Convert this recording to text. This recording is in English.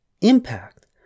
impact